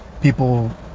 people